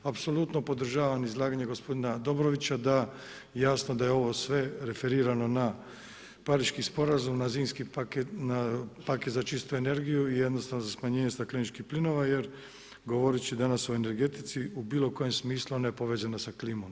Apsolutno podržavam izlaganje gospodina Dobrovića, da jasno da je ovo sve referirano na pariški sporazum, na zimski paket, na paket za čistu energiju i jednostavno za smanjenje stakleničkih plinova, jer govoreći danas u energetici, u bilo kojem smislu nepovezano sa klimom.